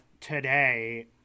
Today